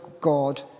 God